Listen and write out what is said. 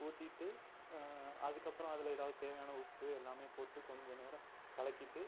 ஊற்றிட்டு அதுக்கப்புறோம் அதில் எதாவது தேவையான உப்பு எல்லாமே போட்டு கொஞ்சம் நேரம் கலக்கிவிட்டு